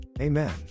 Amen